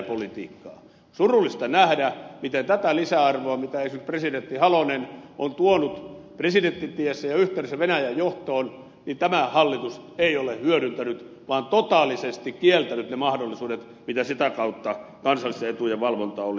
on surullista nähdä miten tätä lisäarvoa mitä esimerkiksi presidentti halonen on tuonut presidenttitiessä ja yhtenäisen venäjän johtoon tämä hallitus ei ole hyödyntänyt vaan on totaalisesti kieltänyt ne mahdollisuudet mitä sitä kautta kansallisten etujen valvonta olisi ollut